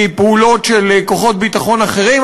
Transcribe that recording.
מפעולות של כוחות ביטחון אחרים,